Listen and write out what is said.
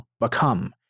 become